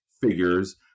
figures